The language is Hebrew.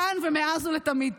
כאן, ומאז ולתמיד.